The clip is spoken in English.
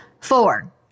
Four